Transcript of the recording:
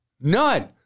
None